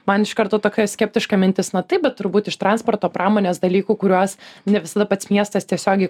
man iš karto tokia skeptiška mintis na taip bet turbūt iš transporto pramonės dalykų kuriuos ne visada pats miestas tiesiogiai